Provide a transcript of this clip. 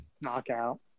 knockout